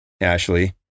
Ashley